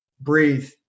breathe